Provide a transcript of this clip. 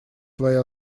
свои